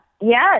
Yes